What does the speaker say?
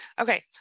Okay